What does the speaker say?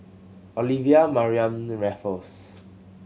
Olivia Mariamne Raffles